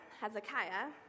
Hezekiah